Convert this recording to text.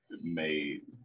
made